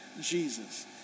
Jesus